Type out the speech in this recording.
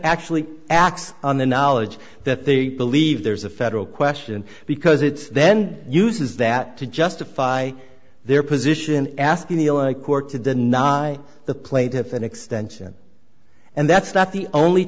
actually acts on the knowledge that they believe there's a federal question because it then uses that to justify their position asking the court to deny the plaintiff an extension and that's not the only